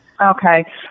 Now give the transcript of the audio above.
Okay